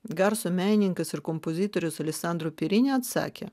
garso menininkas ir kompozitorius aleksandro pirini atsakė